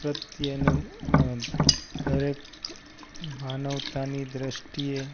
પ્રત્યેનો દરેક માનવતાની દ્રષ્ટિએ